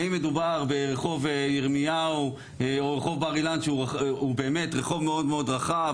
האם מדובר ברחוב ירמיהו או רחוב בר אילן שהוא רחוב מאוד רחב,